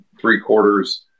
three-quarters